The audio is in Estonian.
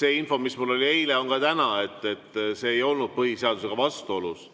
See info, mis mul oli eile, on ka täna: see ei olnud põhiseadusega vastuolus.